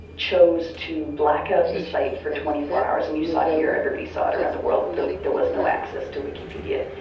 chose to black-out the site for twenty four hours. and you saw it here, everybody saw it around the world, there was no access to wikipedia.